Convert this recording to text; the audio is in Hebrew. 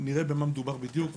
נראה במה מדובר בדיוק ונתקדם.